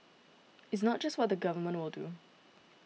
it's not just what the Government will do